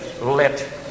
let